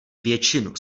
většinu